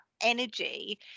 energy